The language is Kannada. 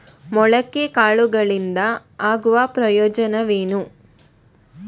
ಮೊಳಕೆ ಕಾಳುಗಳಿಂದ ಆಗುವ ಪ್ರಯೋಜನವೇನು?